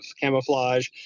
camouflage